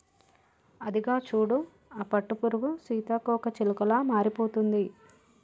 అదిగో చూడు ఆ పట్టుపురుగు సీతాకోకచిలుకలా మారిపోతుంది